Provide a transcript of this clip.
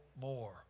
more